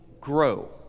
grow